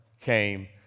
came